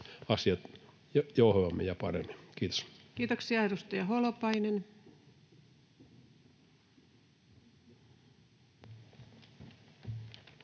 asiat jouhevammin ja paremmin. — Kiitos. Kiitoksia. — Edustaja Holopainen.